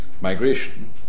migration